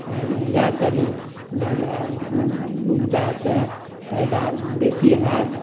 उपजा करी जे हमरा उपजा सँ पैदा बेसी होयत